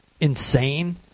insane